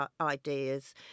ideas